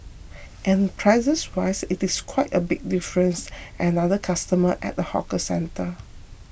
and prices wise it's quite a big difference another customer at a hawker centre